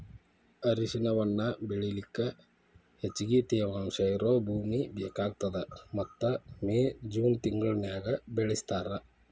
ಅರಿಶಿಣವನ್ನ ಬೆಳಿಲಿಕ ಹೆಚ್ಚಗಿ ತೇವಾಂಶ ಇರೋ ಭೂಮಿ ಬೇಕಾಗತದ ಮತ್ತ ಮೇ, ಜೂನ್ ತಿಂಗಳನ್ಯಾಗ ಬೆಳಿಸ್ತಾರ